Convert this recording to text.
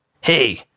Hey